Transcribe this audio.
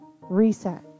reset